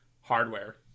hardware